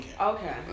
Okay